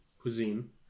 cuisine